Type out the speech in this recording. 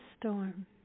storm